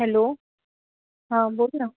hello हां बोल ना